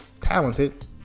Talented